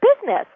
business